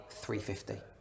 350